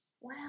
Wow